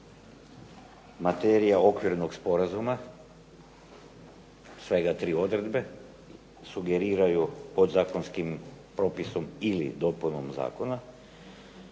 materija okvirnog sporazuma, svega tri odredbe sugeriraju podzakonskim propisom ili dopunom zakona,